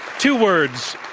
two words,